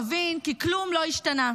נבין כי כלום לא השתנה,